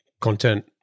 content